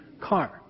car